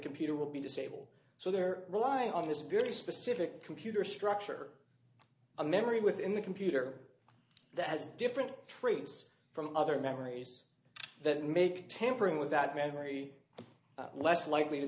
computer will be disabled so they're relying on this very specific computer structure a memory within the computer that has different traits from other memories that make tampering with that memory less likely to